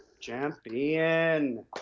Champion